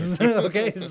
Okay